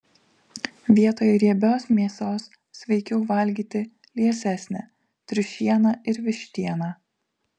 vietoj riebios mėsos sveikiau valgyti liesesnę triušieną ir vištieną